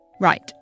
Right